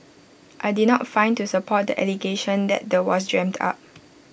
I did not find to support the allegation that the was dreamt up